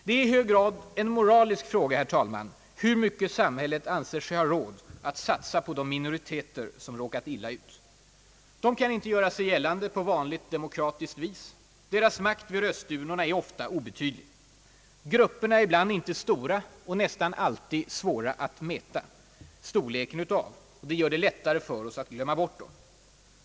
Det är i hög grad en moralisk fråga hur mycket samhället anser sig ha råd att satsa på de minoriteter som råkat illa ut. De kan inte göra sig gällande på vanligt demokratiskt vis, deras makt vid rösturnorna är ofta obetydlig. Grupperna är ibland inte stora och nästan alltid svåra att mäta storleken av — det gör det lättare för oss att glömma bort dem.